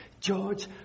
George